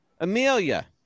Amelia